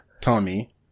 Tommy